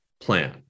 plan